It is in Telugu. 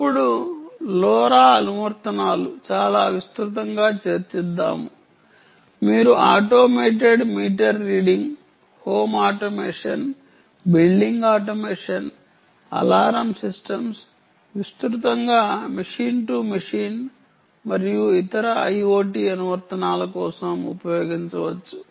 ఇప్పుడు లోరా అనువర్తనాలు చాలా విస్తృతంగా చర్చించాము మీరు automated meter reading home automation building automation alarm systems విస్తృతంగా మెషిన్ టు మెషిన్ మరియు ఇతర ఐయోటి అనువర్తనాల కోసం ఉపయోగించవచ్చు